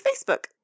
Facebook